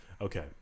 Okay